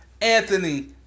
Anthony